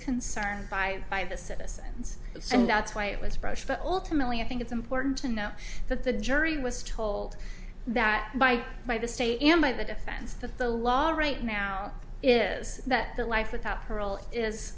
concern by the citizens and that's why it was fresh but ultimately i think it's important to know that the jury was told that by by the stay and by the defense that the law right now is that